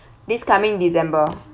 this coming december